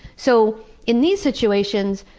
so in these situations,